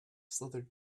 slithered